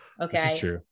Okay